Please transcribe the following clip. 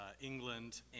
England